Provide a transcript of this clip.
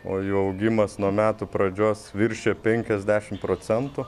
o jau augimas nuo metų pradžios viršija penkiasdešim procentų